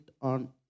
on